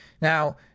Now